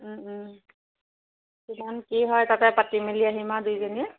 কিমান কি হয় তাতে পাতি মেলি আহিম আৰু দুইজনীয়ে